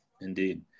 Indeed